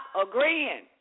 agreeing